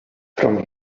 from